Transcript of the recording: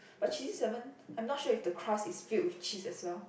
but cheesy seven I'm not sure if the crust is filled with cheese as well